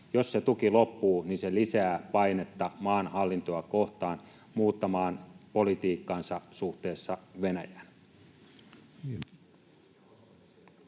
jos se tuki loppuu, se lisää painetta maan hallintoa kohtaan muuttamaan politiikkaansa suhteessa Venäjään.